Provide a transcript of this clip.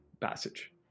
passage